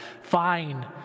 Fine